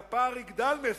והפער יגדל מ-25%,